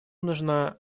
нужна